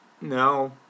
No